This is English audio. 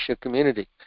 community